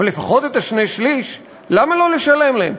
אבל לפחות את השני-שלישים למה לא לשלם להם?